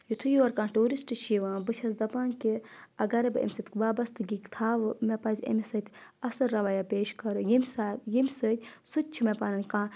یتھُے یور کانٛہہ ٹوٗرِسٹ چھُ یِوان بہٕ چھَس دَپان کہِ اگر بہٕ اَمہِ سۭتۍ وابستگی تھاوٕ مےٚ پَزِ اَمِس سۭتۍ اَصٕل رویا پیش کَرو ییٚمہِ ساتہٕ ییٚمہِ سۭتۍ سُہ تہِ چھُ مےٚ پَنٕنۍ کانٛہہ